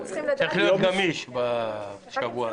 צריך להיות גמיש בשבוע הזה.